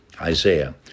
Isaiah